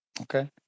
Okay